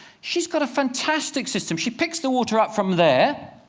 she's got a fantastic system. she picks the water up from there,